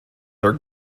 are